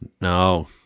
No